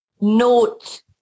note